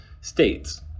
states